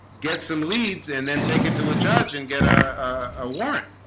get some leads, and then take it to a judge and get a warrant,